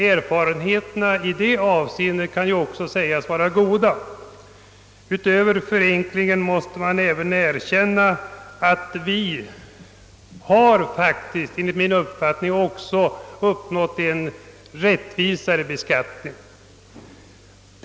Erfarenheterna i det avseendet kan även sägas vara goda. Man måste också erkänna att vi genom schablonmetoden dessutom fått en rättvisare beskattning.